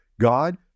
God